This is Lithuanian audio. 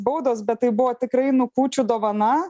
baudos bet tai buvo tikrai nu kūčių dovana